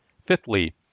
Fifthly